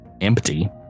empty